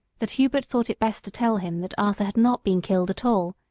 that hubert thought it best to tell him that arthur had not been killed at all,